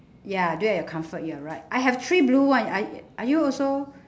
ya do at your comfort you're right I have three blue one are y~ are you also